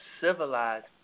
civilized